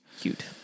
Cute